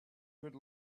good